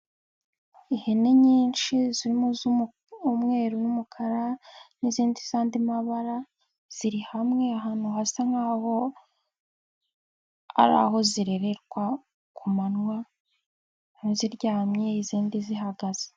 Ihene nyinshi zirimo umweru n'umukara n'izindi z'andi mabara, ziri hamwe ahantu hasa nk'aho ari aho zirirwa ku manywa ziryamye izindi zihagaze.